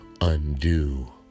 undo